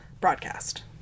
broadcast